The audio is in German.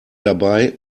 dabei